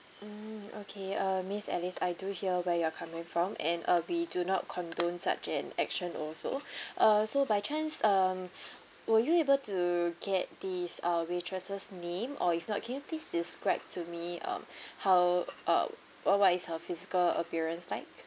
mm okay uh miss alice I do hear where you're coming from and uh we do not condone such an action also uh so by chance um will you able to get these uh waitresses name or if not can you please describe to me um how uh what what is her physical appearance like